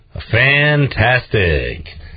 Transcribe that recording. Fantastic